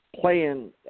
playing